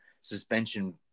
suspension